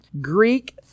greek